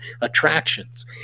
attractions